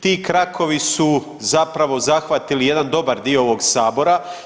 Ti krakovi su zapravo zahvatili jedan dobar dio ovog Sabora.